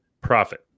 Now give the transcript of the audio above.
profit